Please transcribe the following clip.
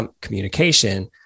communication